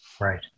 Right